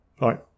right